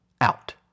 out